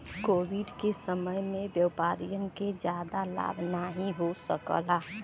Covid के समय में व्यापारियन के जादा लाभ नाहीं हो सकाल